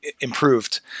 improved